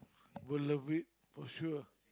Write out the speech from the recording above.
will love it for sure